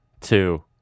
two